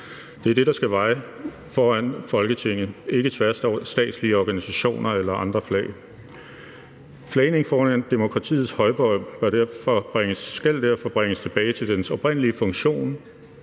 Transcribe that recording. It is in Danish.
Det er det, der skal vaje foran Folketinget – ikke tværstatslige organisationers flag eller andre flag. Flagningen foran demokratiets højborg skal derfor bringes tilbage til dens oprindelige funktion,